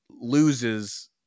loses